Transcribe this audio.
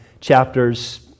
chapters